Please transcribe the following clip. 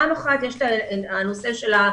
פעם אחת, יש את יש את הנושא של התקצוב.